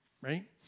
right